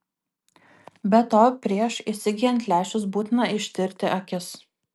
be to prieš įsigyjant lęšius būtina ištirti akis